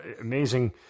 amazing